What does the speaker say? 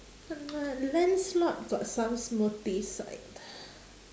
uh lancelot got some snooty side